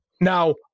Now